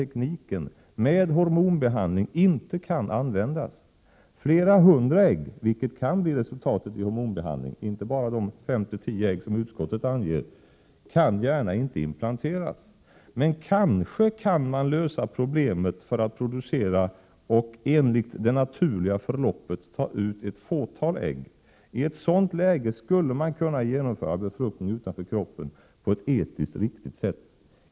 1987/88:136 hormonbehandling inte kan användas. Flera hundra ägg, vilket kan bli resultatet vid hormonbehandling, inte bara 5-10 ägg som utskottet anger, kan gärna inte implanteras. Men kanske kan man lösa problemet för att producera och enligt det naturliga förloppet ta ut ett fåtal ägg. I ett sådant läge skulle man kunna genomföra befruktning utanför kroppen på ett etiskt riktigt sätt.